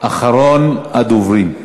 אחרון הדוברים.